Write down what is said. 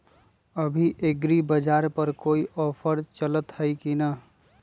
अभी एग्रीबाजार पर कोई ऑफर चलतई हई की न?